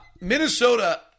Minnesota